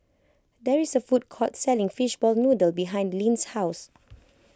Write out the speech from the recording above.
there is a food court selling Fishball Noodle behind Linn's house